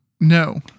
No